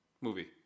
movie